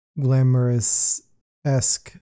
glamorous-esque